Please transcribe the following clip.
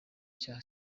cya